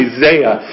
Isaiah